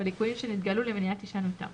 בליקויים שנתגלו למניעת הישנותם.